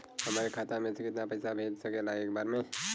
हमरे खाता में से कितना पईसा भेज सकेला एक बार में?